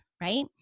right